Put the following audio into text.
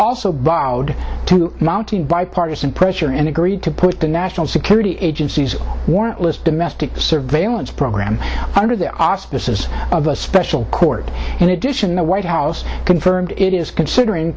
also borrowed to mounting bipartisan pressure and agreed to put the national security agency's warrantless domestic surveillance program under the auspices of a special court in addition the white house confirmed it is considering